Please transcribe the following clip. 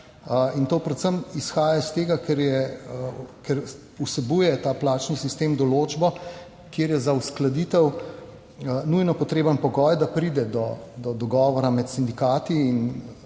to predvsem izhaja iz tega, ker vsebuje ta plačni sistem določbo, kjer je za uskladitev nujno potreben pogoj, da pride do dogovora med sindikati in